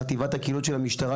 בחטיבת הקהילות של המשטרה,